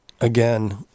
again